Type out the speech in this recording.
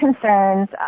concerns